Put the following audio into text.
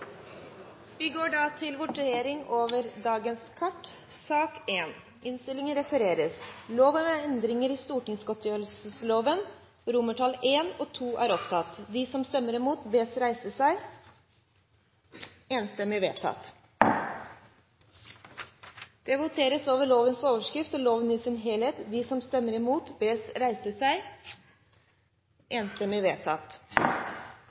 Vi går da til votering over sakene på dagens kart. Det voteres over lovens overskrift og loven i sin helhet.